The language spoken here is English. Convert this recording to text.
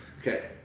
Okay